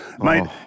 mate